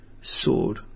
sword